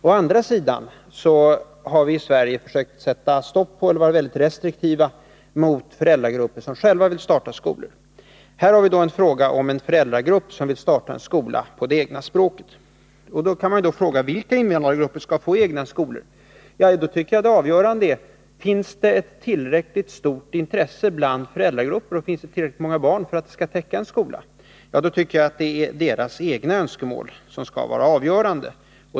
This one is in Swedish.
Å andra sidan har vi i Sverige försökt Nr 11 stoppa eller vara restriktiva gentemot föräldragrupper som vill starta skolor. Här gäller det en föräldragrupp som vill starta en skola på det egna språket. Då kan man fråga sig: Vilka invandrargrupper skall få egna skolor? Där tycker jag, att om det finns ett tillräckligt stort intresse bland föräldragrupper och tillräckligt många barn så att det räcker för en skola, skall föräldrarnas önskemål vara avgörande.